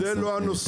זה לא הנושא.